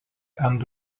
ant